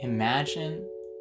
Imagine